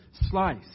slice